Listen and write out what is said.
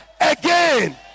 again